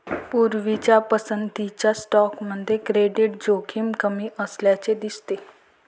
पूर्वीच्या पसंतीच्या स्टॉकमध्ये क्रेडिट जोखीम कमी असल्याचे दिसते